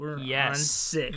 Yes